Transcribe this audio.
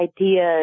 ideas